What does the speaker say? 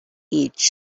age